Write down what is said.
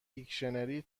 دیکشنری